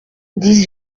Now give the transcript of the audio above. dix